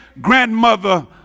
grandmother